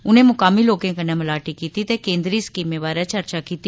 उनें मकामी लोकें कन्नै मलाटी कीती ते केन्द्री स्कीमें बारे चर्चा कीती